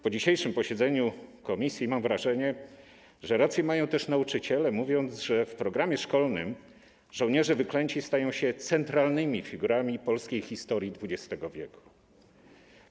Po dzisiejszym posiedzeniu komisji mam wrażenie, że rację mają też nauczyciele, mówiąc, że w programie szkolnym żołnierze wyklęci stają się centralnymi figurami polskiej historii XX w.